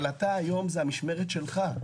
אבל היום זו המשמרת שלך,